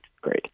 great